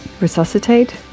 Resuscitate